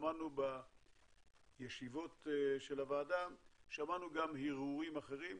שמענו בישיבות של הוועדה גם הרהורים אחרים,